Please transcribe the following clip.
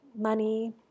money